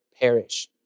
perish